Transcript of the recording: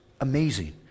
Amazing